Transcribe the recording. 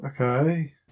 Okay